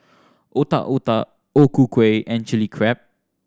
Otak Otak O Ku Kueh and Chili Crab